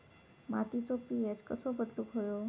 मातीचो पी.एच कसो बदलुक होयो?